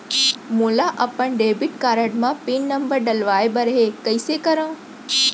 मोला अपन debit card म पिन नंबर डलवाय बर हे कइसे करव?